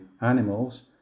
animals